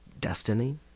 Destiny